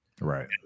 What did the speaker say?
Right